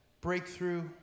breakthrough